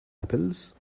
apples